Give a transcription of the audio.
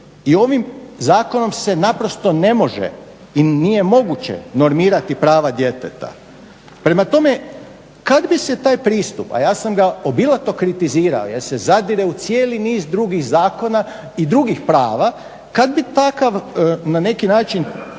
i ovim zakonom se naprosto ne može i nije moguće normirati prava djeteta. Prema tome kad bi se taj pristup, a ja sam ga obilato kritizirao jer se zadire u cijeli niz drugih zakona i drugih prava, kada bi takav, na neki način